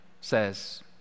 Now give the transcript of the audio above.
says